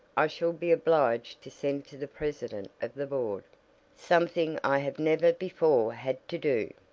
i shall be obliged to send to the president of the board something i have never before had to do.